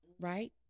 right